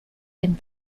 and